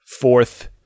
fourth